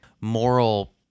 moral